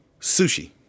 Sushi